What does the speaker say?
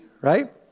right